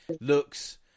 looks